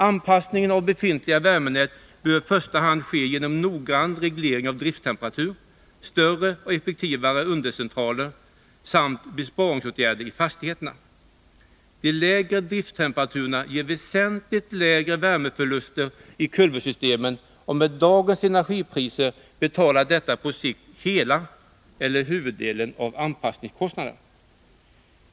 Anpassningen av befintliga fjärrvärmenät bör i första hand ske genom noggrann reglering av drifttemperaturer, större och effektivare undercentraler samt besparingsåtgärder i fastigheterna. De lägre driftstemperaturerna ger väsentligt lägre värmeförluster i kulvertsystemen, och med dagens energipriser betalar detta på sikt hela eller huvuddelen av anpassningskostnaden.